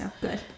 Good